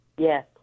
Yes